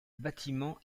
bâtiment